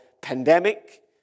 pandemic